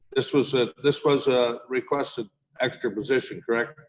this was ah this was a requested extra position, correct?